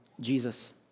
Jesus